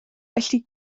felly